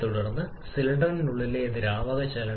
തുടർന്ന് സിലിണ്ടറിനുള്ളിലെ ദ്രാവക ചലനം